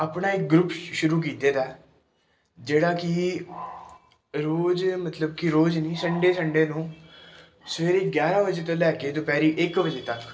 ਆਪਣਾ ਇੱਕ ਗਰੁੱਪ ਸ਼ੁਰੂ ਕੀਤੇ ਦਾ ਜਿਹੜਾ ਕਿ ਰੋਜ਼ ਮਤਲਬ ਕਿ ਰੋਜ਼ ਨਹੀਂ ਸੰਡੇ ਸੰਡੇ ਨੂੰ ਸਵੇਰੇ ਗਿਆਰ੍ਹਾਂ ਵਜੇ ਤੋਂ ਲੈ ਕੇ ਦੁਪਹਿਰੇ ਇੱਕ ਵਜੇ ਤੱਕ